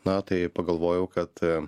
na tai pagalvojau kad